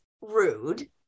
rude